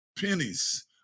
Pennies